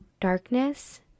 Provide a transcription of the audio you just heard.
darkness